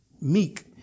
meek